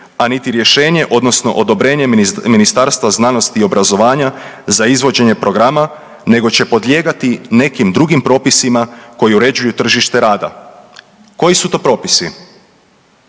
a niti rješenje odnosno odobrenje Ministarstva znanosti i obrazovanja za izvođenje programa nego će podlijegati nekim drugim propisima koji uređuju tržište rada.“ Koji su to propisi?